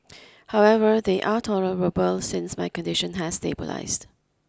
however they are tolerable since my condition has stabilised